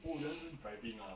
oh you want learn driving ah